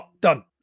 Done